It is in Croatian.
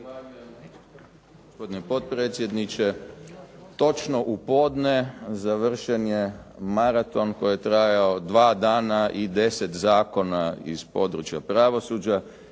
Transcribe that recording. Zahvaljujem gospodine potpredsjedniče. Točno u podne završen je maraton koji je trajao dva dana i 10 zakona i područja pravosuđa.